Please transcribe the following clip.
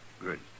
Good